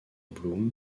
bloom